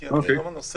גם הנושא